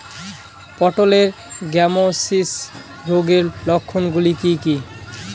পটলের গ্যামোসিস রোগের লক্ষণগুলি কী কী?